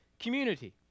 community